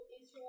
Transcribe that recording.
Israel